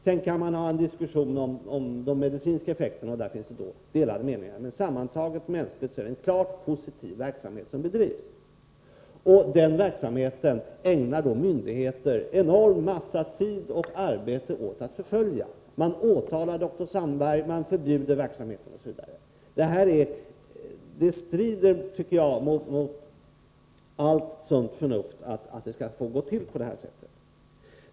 Sedan kan man ha en diskussion om de medicinska effekterna, och därvidlag finns det delade meningar, men sammantaget är det en mänskligt sett klart positiv verksamhet som bedrivs. Den verksamheten ägnar myndigheterna en enorm massa tid och arbete åt att förfölja. Man åtalar dr Sandberg, men förbjuder verksamheten osv. Det strider, tycker jag, mot allt sunt förnuft att det skall få gå till på det här sättet.